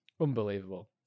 unbelievable